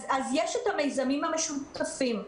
יש את המיזמים המשותפים,